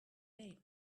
day